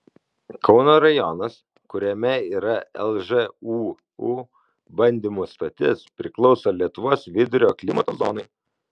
kauno rajonas kuriame yra lžūu bandymų stotis priklauso lietuvos vidurio klimato zonai